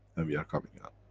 and we are coming out.